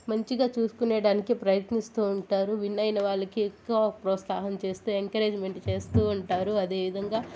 మంచిగా చూసుకునేడానికి ప్రయత్నిస్తూ ఉంటారు విన్ అయిన వాళ్ళకి ఎక్కువ ప్రోత్సాహం చేస్తే ఎంకరేజ్మెంట్ చేస్తూ ఉంటారు అదేవిధంగా